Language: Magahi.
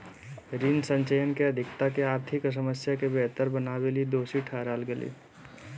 ऋण संचयन के अधिकता के आर्थिक समस्या के बेहतर बनावेले दोषी ठहराल गेलय